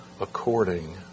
According